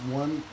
one